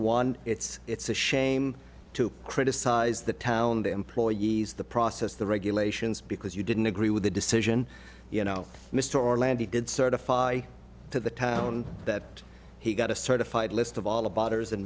one it's it's a shame to criticize the town the employees the process the regulations because you didn't agree with the decision you know mr orlando good certify to the town that he got a certified list of all